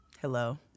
hello